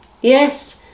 yes